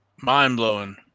mind-blowing